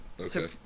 Okay